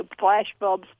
flashbulbs